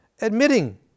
Admitting